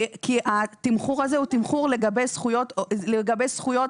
כי התמחור הזה הוא תמחור לגבי זכויות וצווי